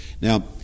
Now